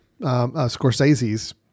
Scorsese's